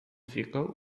vehicle